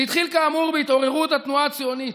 זה התחיל כאמור בהתעוררות התנועה הציונית: